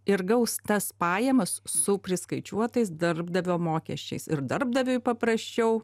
ir gaus tas pajamas su priskaičiuotais darbdavio mokesčiais ir darbdaviui paprasčiau